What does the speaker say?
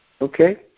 Okay